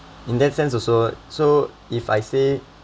in that sense also so if I say